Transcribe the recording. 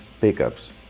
pickups